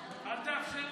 אל תאפשר לה.